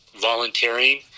volunteering